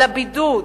על הבידוד,